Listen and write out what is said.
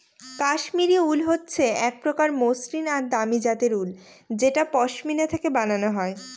কাশ্মিরী উল হচ্ছে এক প্রকার মসৃন আর দামি জাতের উল যেটা পশমিনা থেকে বানানো হয়